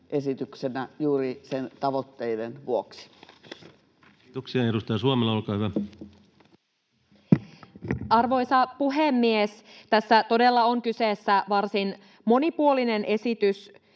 esityksenä juuri tavoitteidensa vuoksi. Kiitoksia. — Edustaja Suomela, olkaa hyvä. Arvoisa puhemies! Tässä todella on kyseessä varsin monipuolinen esitys,